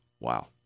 Wow